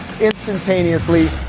instantaneously